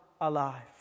alive